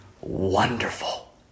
wonderful